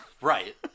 Right